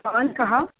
भवान् कः